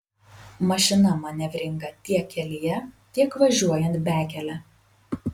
mašina manevringa tiek kelyje tiek važiuojant bekele